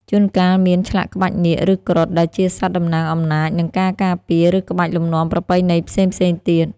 ជួនកាលមាន ឆ្លាក់ក្បាច់នាគ ឬគ្រុឌ ដែលជាសត្វតំណាងអំណាច និងការការពារ ឬក្បាច់លំនាំប្រពៃណីផ្សេងៗទៀត។